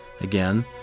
Again